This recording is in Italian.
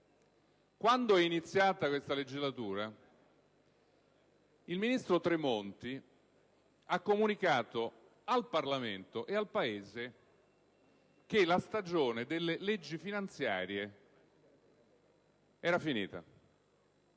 Quando è iniziata questa legislatura, il ministro Tremonti ha comunicato al Parlamento e al Paese che la stagione delle leggi finanziarie era finita.